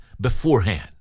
beforehand